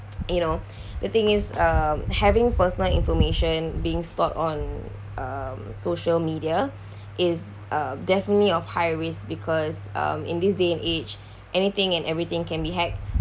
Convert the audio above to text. you know the thing is uh having personal information being stored on um social media is um definitely of high risk because um in this day and age anything and everything can be hacked